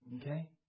Okay